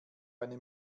eine